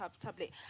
tablet